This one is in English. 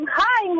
hi